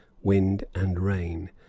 wind and rain.